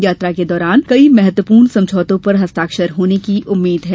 यात्रा के दौरान कई महत्वपूर्ण समझौतों पर हस्ताक्षर होने की उम्मीद है